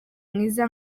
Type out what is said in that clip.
mwiza